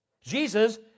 Jesus